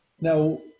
Now